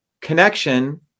connection